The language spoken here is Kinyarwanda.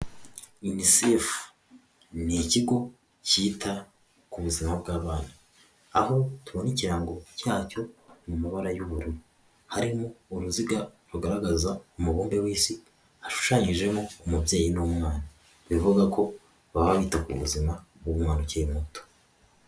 Inisefu ni ikigo cyita ku buzima bw'abantu aho tubone ikirango cyacyo mu mabara y'ubururu, harimo uruziga rugaragaza umubumbe w'isi hashushanyijemo umubyeyi n'umwa bivuga ko baba bita ku buzima bw'umwana ukiri muto.